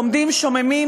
עומדים שוממים,